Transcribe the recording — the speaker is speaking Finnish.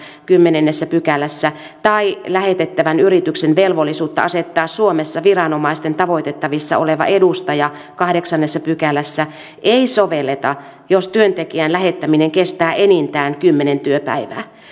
kymmenennessä pykälässä tai lähetettävän yrityksen velvollisuutta asettaa suomessa viranomaisten tavoitettavissa oleva edustaja kahdeksannessa pykälässä ei sovelleta jos työntekijän lähettäminen kestää enintään kymmenen työpäivää